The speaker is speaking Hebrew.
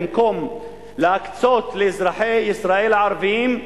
במקום להקצות אותן לאזרחי ישראל הערבים,